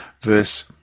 verse